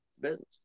Business